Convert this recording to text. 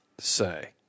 say